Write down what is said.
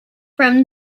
from